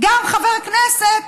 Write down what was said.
גם חבר כנסת,